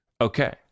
Okay